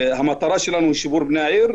המטרה שלנו בשיפור פני העיר,